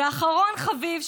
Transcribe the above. ואחרון חביב,